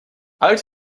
uit